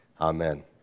Amen